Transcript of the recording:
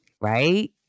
right